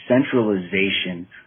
centralization